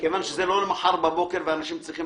כיוון שזה לא למחר בבוקר ואנשים צריכים